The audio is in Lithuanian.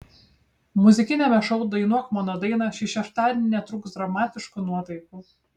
muzikiniame šou dainuok mano dainą šį šeštadienį netrūks dramatiškų nuotaikų